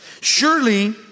Surely